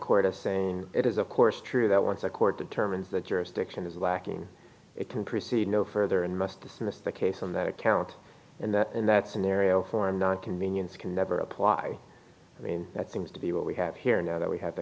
court of saying it is of course true that once a court determines the jurisdiction is lacking it can proceed no further and must dismiss the case on that account and that in that scenario or and convenience can never apply i mean that seems to be what we have here now that we have